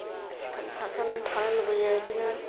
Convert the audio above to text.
सिखोन साखोन थानो लुबैयो बेदिनो